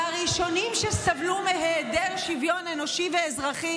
והראשונים שסבלו מהיעדר שוויון אנושי ואזרחי